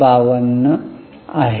52 आहे